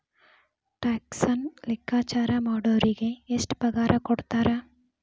ಟ್ಯಾಕ್ಸನ್ನ ಲೆಕ್ಕಾಚಾರಾ ಮಾಡೊರಿಗೆ ಎಷ್ಟ್ ಪಗಾರಕೊಡ್ತಾರ??